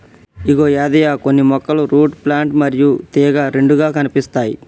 ఇగో యాదయ్య కొన్ని మొక్కలు root plant మరియు తీగ రెండుగా కనిపిస్తాయి